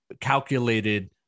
calculated